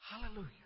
Hallelujah